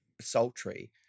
sultry